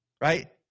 right